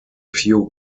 few